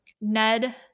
Ned